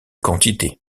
quantité